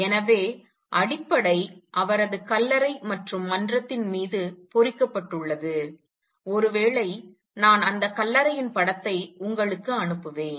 எனவே அடிப்படை அவரது கல்லறை மற்றும் மன்றத்தின் மீது பொறிக்கப்பட்டுள்ளது ஒருவேளை நான் அந்த கல்லறையின் படத்தை உங்களுக்கு அனுப்புவேன்